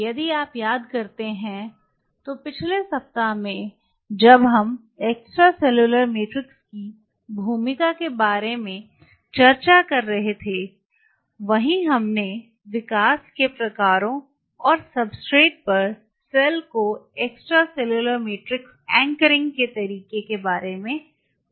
यदि आप याद करते हैं तो पिछले सप्ताह में जहाँ हम एक्स्ट्रासेलुलर मैट्रिक्स की भूमिका के बारे में चर्चा कर रहे थे वहीँ हमने विकास के प्रकारों और सब्सट्रेट पर सेल्स को एक्स्ट्रासेलुलर मैट्रिक्स एंकरिंग के तरीके के बारे में बात की थी